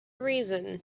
reason